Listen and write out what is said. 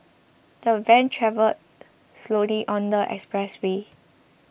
the van travelled slowly on the expressway